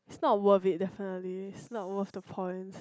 not worth it definitely not worth the point